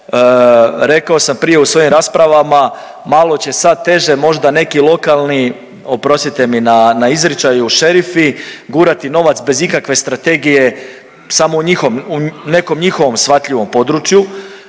Rekao sam prije u svojim raspravama malo će sad teže možda neki lokalni, oprostite mi na izričaju šerifi gurati novac bez ikakve strategije samo u njihov, u nekom njihovom shvatljivom području,